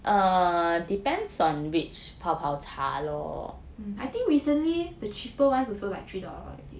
mm I think recently the cheaper ones also like three dollar already